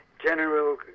general